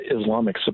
Islamic